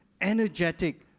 energetic